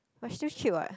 but still cheap what